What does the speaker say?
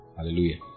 Hallelujah